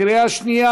בקריאה שנייה,